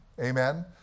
Amen